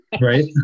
Right